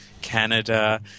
Canada